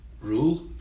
rule